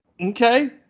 okay